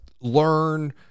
Learn